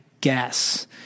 guess